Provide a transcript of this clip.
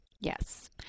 Yes